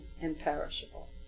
imperishable